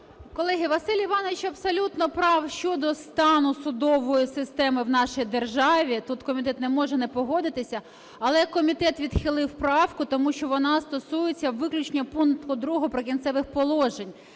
Колеги, Василь Іванович абсолютно прав щодо стану судової системи в нашій державі, тут комітет не може не погодитися. Але комітет відхилив правку, тому що вона стосується виключно пункту 2 "Прикінцевих положень".